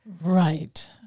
Right